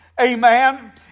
Amen